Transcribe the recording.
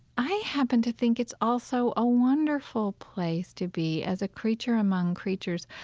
i happen to think it's also a wonderful place to be as a creature among creatures.